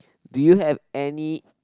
do you have any